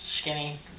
skinny